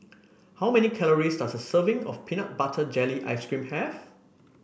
how many calories does a serving of Peanut Butter Jelly Ice cream have